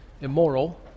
immoral